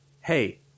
hey